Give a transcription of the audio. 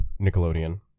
Nickelodeon